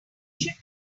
should